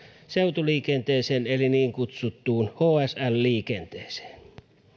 seutuliikenteeseen eli niin kutsuttu hsl liikenteeseen